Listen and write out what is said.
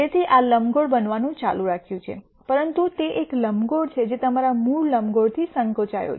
તેથી આ લંબગોળ બનવાનું ચાલુ રાખ્યું છે પરંતુ તે એક લંબગોળ છે જે તમારા મૂળ લંબગોળથી સંકોચો છે